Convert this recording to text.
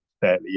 fairly